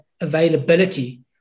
availability